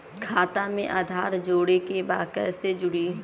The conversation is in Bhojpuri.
खाता में आधार जोड़े के बा कैसे जुड़ी?